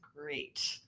great